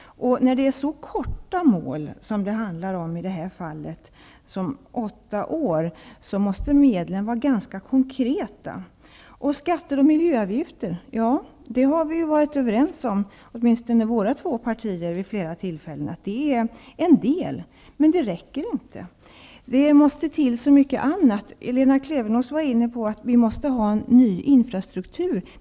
När det är så korta mål som i detta fall, dvs. åtta år, måste medlen vara ganska konkreta. Åtminstone Centern och Socialdemokraterna har ju vid flera tillfällen varit överens om att skatter och miljöavgifter är en del. Men det räcker inte. Det måste till så mycket annat. Lena Klevenås var inne på att vi måste ha en ny infrastruktur.